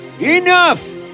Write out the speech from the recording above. enough